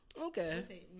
okay